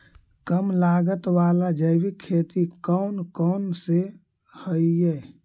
कम लागत वाला जैविक खेती कौन कौन से हईय्य?